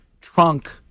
trunk